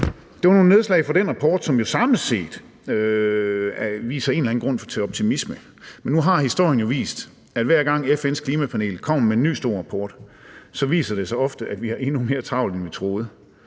Det var nogle nedslag fra den rapport, som jo samlet set viser, at der er en eller anden grund til optimisme. Men nu har historien jo vist, at hver gang FN's klimapanel kommer med en ny stor rapport, viser det sig ofte, at vi har endnu mere travlt, end vi troede.